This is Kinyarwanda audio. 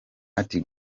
ati